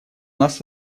нас